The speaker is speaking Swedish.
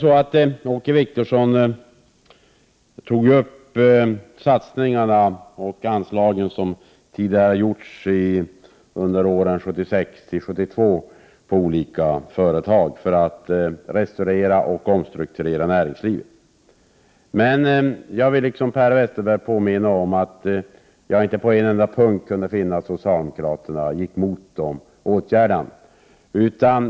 Åke Wictorsson tog upp de satsningar som gjordes under åren 1976-1982 på olika företag för att restaurera och omstrukturera näringslivet. Jag vill, liksom Per Westerberg, påminna om att jag inte kunde finna att socialdemokraterna på en enda punkt gick emot dessa åtgärder.